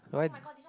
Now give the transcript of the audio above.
why